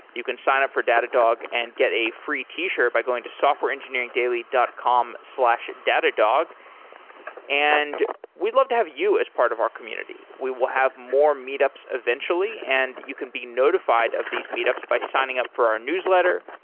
you can sign up for data dog and get a free t-shirt by going to softwareengineeringdaily dot com datadog and we'd love to have you as part of our community. we will have more meetups eventually and you can be notified of these meetups by signing up for our newsletter.